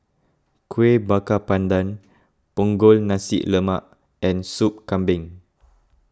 Kuih Bakar Pandan Punggol Nasi Lemak and Sup Kambing